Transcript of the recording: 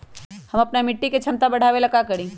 हम अपना मिट्टी के झमता बढ़ाबे ला का करी?